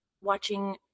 watching